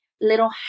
little